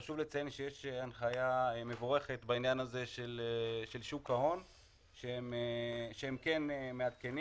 חשוב לציין שיש הנחיה מבורכת בעניין הזה של שוק ההון שהם כן מעדכנים.